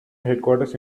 headquarters